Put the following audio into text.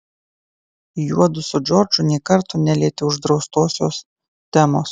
juodu su džordžu nė karto nelietė uždraustosios temos